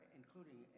including